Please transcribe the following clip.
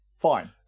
fine